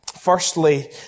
Firstly